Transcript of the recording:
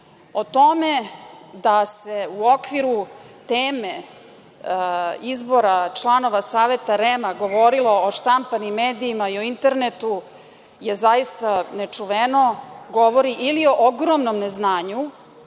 tome da se u okviru teme izbora članova Saveta REM govorilo o štampanim medijima i o internetu je zaista nečuveno, govori ili o ogromnom neznanju,